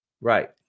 right